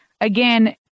again